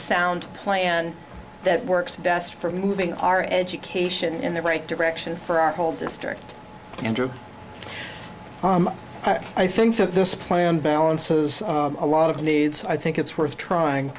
sound plan that works best for moving our education in the right direction for our whole district and to i think that this plan balances a lot of the needs i think it's worth trying